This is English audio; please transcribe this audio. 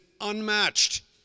unmatched